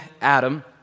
Adam